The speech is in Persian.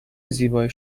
زیبای